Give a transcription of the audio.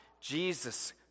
Jesus